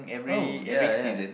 oh ya ya